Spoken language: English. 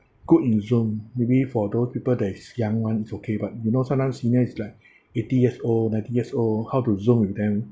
good in Zoom maybe for those people that is young [one] is okay but you know sometimes senior is like eighty years old ninety years old how to Zoom with them